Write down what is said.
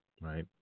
right